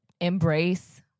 embrace